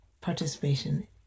participation